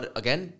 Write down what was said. again